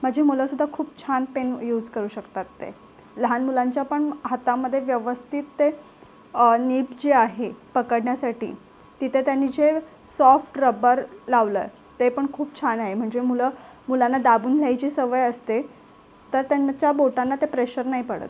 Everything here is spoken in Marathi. माझी मुलंसुद्धा खूप छान पेन यूज करू शकतात ते लहान मुलांच्या पण हातामध्ये व्यवस्थित ते निब जी आहे पकडण्यासाटी तिथे त्यांनी जे सॉफ्ट रबर लावलं आहे ते पण खूप छान आहे म्हणजे मुलं मुलांना दाबून लिहायची सवय असते तर त्यांच्या बोटांना ते प्रेशर नाही पडत